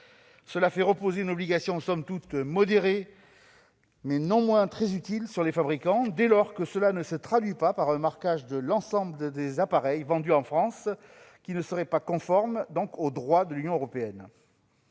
mesure fait reposer une obligation somme toute modérée, mais très utile sur les fabricants, dès lors que celle-ci ne se traduit pas par un marquage de l'ensemble des appareils vendus en France, ce qui ne serait pas conforme au droit de l'Union européenne.